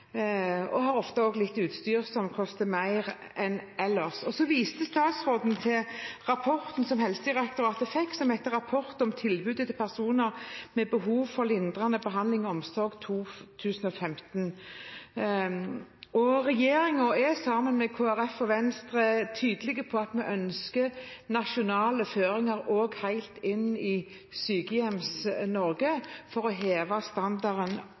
de har ofte også litt utstyr som koster mer enn ellers. Statsråden viste til rapporten fra Helsedirektoratet fra i år, Rapport om tilbudet til personer med behov for lindrende behandling og omsorg mot livets slutt. Regjeringen er sammen med Kristelig Folkeparti og Venstre tydelig på at vi ønsker nasjonale føringer også helt inn i Sykehjems-Norge for å heve standarden